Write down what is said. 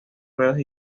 ruedas